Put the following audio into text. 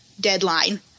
deadline